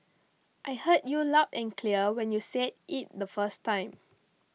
I heard you loud and clear when you said it the first time